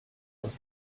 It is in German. aus